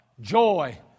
joy